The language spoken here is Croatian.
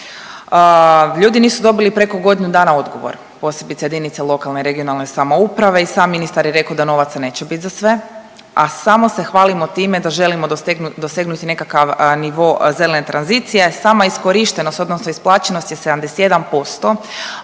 Ljudi nisu dobili preko godinu dana odgovor, posebice JLRS i sam ministar je rekao da novaca neće bit za sve, a samo se hvalimo time da želimo dosegnuti nekakav nivo zelene tranzicije, sama iskorištenost odnosno isplaćenost je 71%,